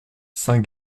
saint